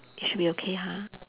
it should be okay ha